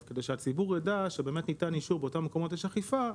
כדי שהציבור יידע שבאמת ניתן אישור באותם מקומות שיש אכיפה,